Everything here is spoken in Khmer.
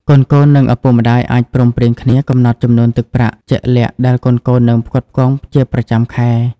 កូនៗ និងឪពុកម្ដាយអាចព្រមព្រៀងគ្នាកំណត់ចំនួនទឹកប្រាក់ជាក់លាក់ដែលកូនៗនឹងផ្គត់ផ្គង់ជាប្រចាំខែ។